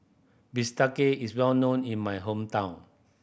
bistake is well known in my hometown